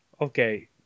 Okay